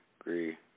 agree